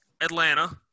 Atlanta